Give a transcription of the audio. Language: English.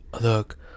look